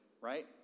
right